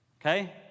Okay